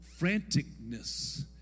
franticness